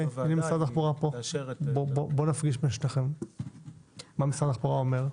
מה משרד התחבורה אומר?